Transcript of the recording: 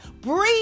Breathe